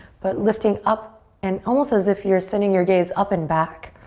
but lifting up and almost as if you're sending your gaze up and back.